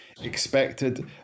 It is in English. expected